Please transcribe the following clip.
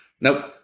Nope